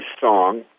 song